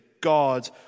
God